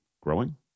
growing